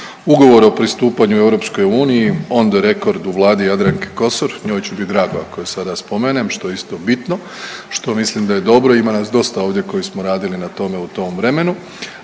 ugovor o pristupanju EU onda rekordu u vladi Jadranke Kosor, njoj će biti drago ako je sada spomenem što je isto bitno, što mislim da je dobro. Ima nas dosta ovdje koji smo radili na tome u tom vremenu.